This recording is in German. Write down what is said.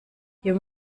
hier